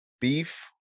beef